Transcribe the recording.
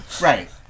right